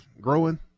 growing